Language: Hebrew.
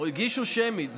הגישו שמית.